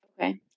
Okay